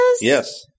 Yes